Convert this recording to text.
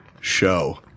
show